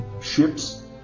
ships